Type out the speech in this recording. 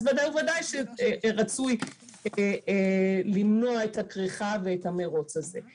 אז ודאי וודאי שרצוי למנוע את הכריכה ואת המרוץ הזה.